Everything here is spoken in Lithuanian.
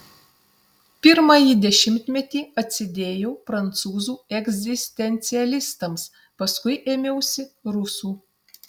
pirmąjį dešimtmetį atsidėjau prancūzų egzistencialistams paskui ėmiausi rusų